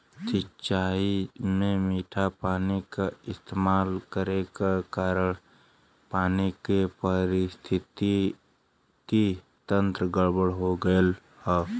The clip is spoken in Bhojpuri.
सिंचाई में मीठा पानी क इस्तेमाल करे के कारण पानी क पारिस्थितिकि तंत्र गड़बड़ हो गयल हौ